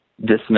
dismiss